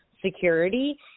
security